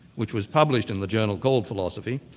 which was published in the journal called philosophy,